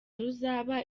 ruzaba